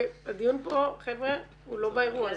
והדיון פה חבר'ה הוא לא באירוע הזה.